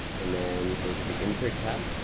and then go to the insert tab.